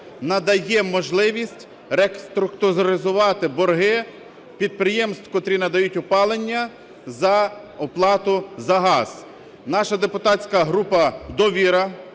надає можливість реструктуризувати борги підприємств, котрі надають опалення за оплату за газ. Наша депутатська група "Довіра"